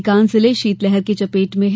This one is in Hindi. अधिकांश जिले शीतलहर की चपेट में है